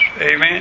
Amen